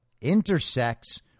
intersects